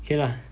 okay lah